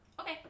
Okay